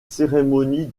cérémonie